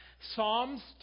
Psalms